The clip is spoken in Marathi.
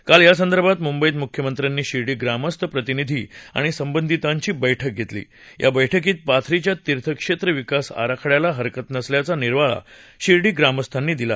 काल यासंदर्भात मुंबईत मुख्यमंत्र्यानी शिर्डी ग्रामस्थ प्रतिनिधी आणि संबंधितांची बैठक घेतली या बैठकीत पाथरीच्या तीर्थक्षेत्र विकास आराखड्याला हरकत नसल्याचा निर्वाळा शिर्डी ग्रामस्थांनी दिला